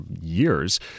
years